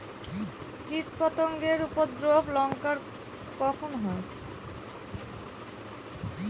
কীটপতেঙ্গর উপদ্রব লঙ্কায় কখন হয়?